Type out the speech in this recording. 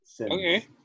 okay